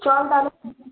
চল তাহলে